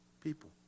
people